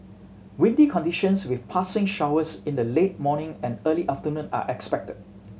windy conditions with passing showers in the late morning and early afternoon are expected